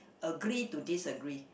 agree or disagree